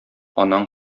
анаң